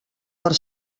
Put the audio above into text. per